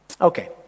Okay